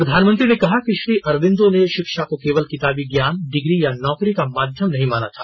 प्रधानमंत्री ने कहा कि श्री अरबिंदो ने शिक्षा को केवल किताबी ज्ञान डिग्री या नौकरी का माध्यम नहीं माना था